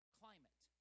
climate